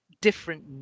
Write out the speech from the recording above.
different